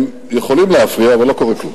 הם יכולים להפריע, אבל לא קורה כלום.